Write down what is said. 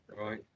Right